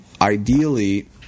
ideally